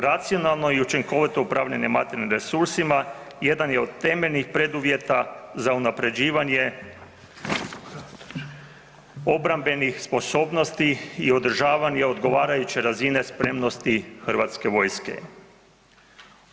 Racionalno i učinkovito upravljanje materijalnim resursima jedan je od temeljnih preduvjeta za unaprjeđivanje obrambenih sposobnosti i održavanje odgovarajuće razine spremnosti HV-a.